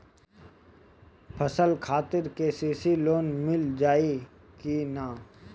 फसल खातिर के.सी.सी लोना मील जाई किना?